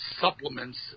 supplements